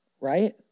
right